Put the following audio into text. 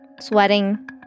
Sweating